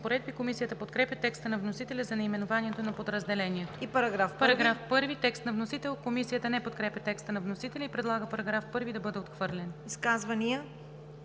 разпоредби“. Комисията подкрепя текста на вносителя за наименованието на подразделението. Параграф 1 – текст на вносител. Комисията не подкрепя текста на вносителя и предлага § 1 да бъде отхвърлен. ПРЕДСЕДАТЕЛ